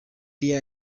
there